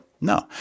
No